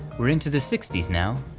we're into the sixty s now,